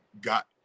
got